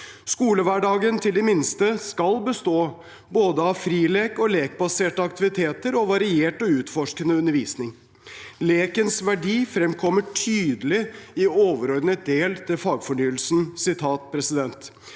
Skolehverdagen til de minste skal bestå av både frilek og lekbaserte aktiviteter og variert og utforskende undervisning. Lekens verdi fremkommer tydelig i overordnet del til fagfornyelsen: «For de